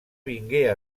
vingué